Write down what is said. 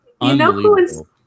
unbelievable